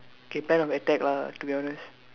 K kind of attack lah to be honest